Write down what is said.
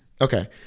Okay